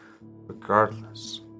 regardless